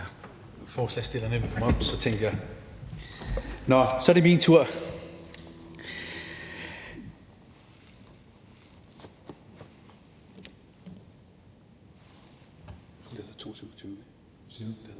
Nå, så er det min tur.